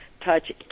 touch